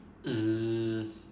mm